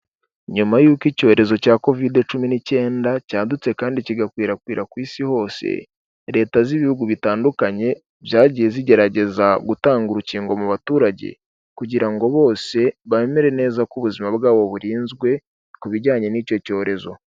Nyuma y'uko icyorezo cya Kovide cumi n'icyenda cyadutse kandi kigakwirakwira ku isi hose, Leta z'ibihugu bitandukanye zagiye zigerageza gutanga urukingo mu baturage, kugira ngo bose bemere neza ko ubuzima bwabo burinzwe ku bijyanye n'icyo cyorezo.